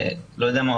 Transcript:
לא יודע מה,